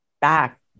back